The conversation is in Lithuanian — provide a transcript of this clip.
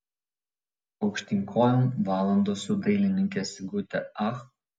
aukštyn kojom valandos su dailininke sigute ach